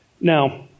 Now